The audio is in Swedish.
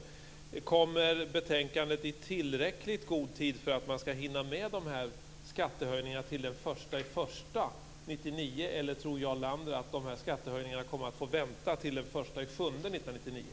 Kommer betänkandet i tillräckligt god tid för att man skall hinna med de här skattehöjningarna till den 1 januari 1999 eller tror Jarl Lander att skattehöjningarna kommer att få vänta till den 1 juli 1999?